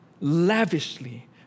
lavishly